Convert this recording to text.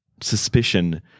suspicion